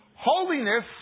Holiness